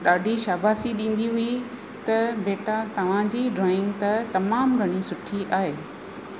ॾाढी शाबासी ॾींदी हुई त बेटा तवांजी ड्रॉइंग त तमामु घणी सुठी आहे